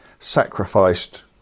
sacrificed